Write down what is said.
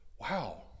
wow